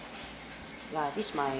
this is my